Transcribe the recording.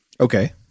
Okay